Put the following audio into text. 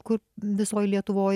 kur visoj lietuvoj